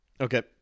Okay